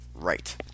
right